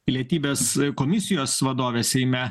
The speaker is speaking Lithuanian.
pilietybės komisijos vadovė seime